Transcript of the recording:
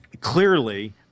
Clearly